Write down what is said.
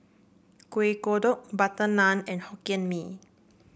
Kueh Kodok butter naan and Hokkien Mee